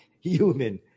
human